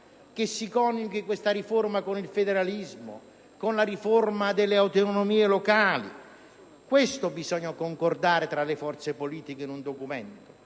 che coniughi questa riforma con il federalismo, con la riforma delle autonomie locali: questo è un aspetto da concordare tra le forze politiche in un documento.